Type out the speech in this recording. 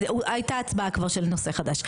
כבר הייתה הצבעה על נושא חדש.